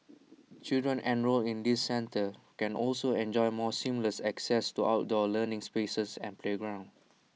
children enrolled in these centres can also enjoy more seamless access to outdoor learning spaces and playgrounds